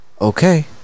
okay